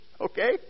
Okay